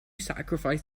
sacrifice